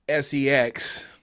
sex